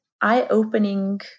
eye-opening